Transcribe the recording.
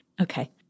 Okay